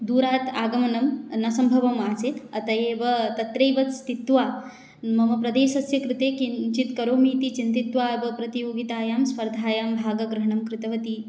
दूरात् आगमनं न सम्भवम् आसीत् अतः एव तत्रैव स्थित्वा मम प्रदेशस्य कृते किञ्चित्करोमीति चिन्तयित्वा एव प्रतियोगितायां स्पर्धायां भागग्रहणं कृतवती